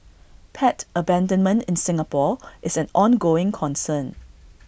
pet abandonment in Singapore is an ongoing concern